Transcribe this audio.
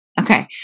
Okay